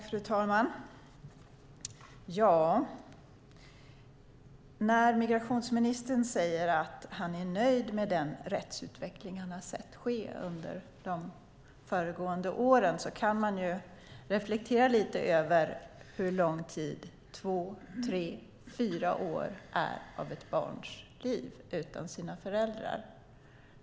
Fru talman! När migrationsministern säger att han är nöjd med den rättsutveckling han har sett ske under de föregående åren kan man reflektera lite över hur lång tid två, tre eller fyra år är av ett barns liv utan dess föräldrar.